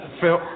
Phil